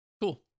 Cool